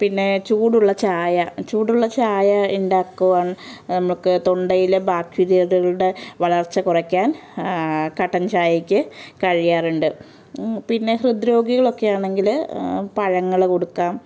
പിന്നെ ചൂടുള്ള ചായ ചൂടുള്ള ചായ ഉണ്ടാക്കുവാൻ നമുക്ക് തൊണ്ടയിലെ ബാക്ടീരിയകളുടെ വളർച്ച കുറക്കാൻ കട്ടൻ ചായക്ക് കഴിയാറുണ്ട് പിന്നെ ഹൃദ്രോഗികളൊക്കെയാണെങ്കിൽ പഴങ്ങൾ കൊടുക്കാം